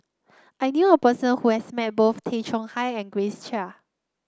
I knew a person who has met both Tay Chong Hai and Grace Chia